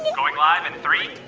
going live in three,